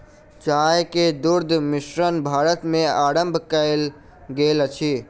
चाय मे दुग्ध मिश्रण भारत मे आरम्भ कयल गेल अछि